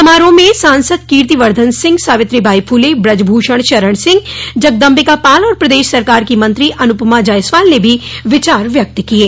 समारोह में सांसद कीर्तिवर्द्धन सिंह सावित्री बाई फुले ब्रज भूषण शरण सिंह जगदम्बिका पाल और प्रदेश सरकार की मंत्री अनुपमा जायसवाल ने भी विचार व्यक्त किये